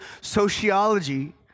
sociology